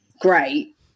great